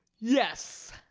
yes.